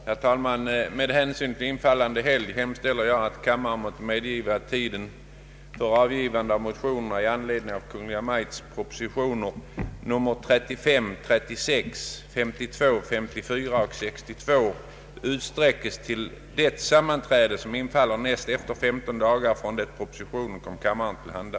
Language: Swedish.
Herr talman! Med hänsyn till infallande helg hemställer jag att kammaren måtte medgiva att tiden för avgivande av motioner i anledning av Kungl. Maj:ts propositioner nr 35, 36, 52, 54 och 62 utsträckes till det sammanträde som infaller näst efter 15 dagar från det propositionerna kom kammaren till handa.